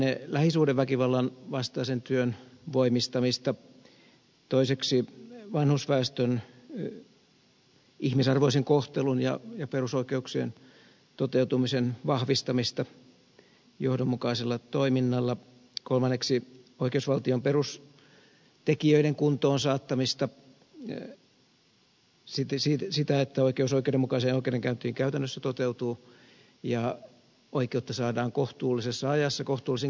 ensinnäkin lähisuhdeväkivallan vastaisen työn voimistamista toiseksi vanhusväestön ihmisarvoisen kohtelun ja perusoikeuksien toteutumisen vahvistamista johdonmukaisella toiminnalla kolmanneksi oikeusvaltion perustekijöiden kuntoon saattamista sitä että oikeus oikeudenmukaiseen oikeudenkäyntiin käytännössä toteutuu ja oikeutta saadaan kohtuullisessa ajassa kohtuullisin kustannuksin